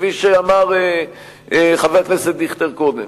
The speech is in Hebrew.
כפי שאמר חבר הכנסת דיכטר קודם.